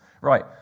Right